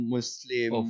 Muslim